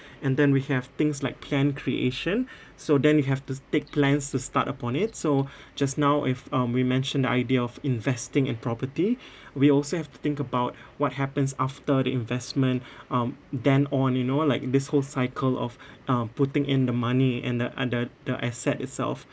and then we have things like plan creation so then you have to take plans to start upon it so just now if um we mentioned idea of investing in property we also have to think about what happens after the investment um then on you know like this whole cycle of uh putting in the money and the ah the the asset itself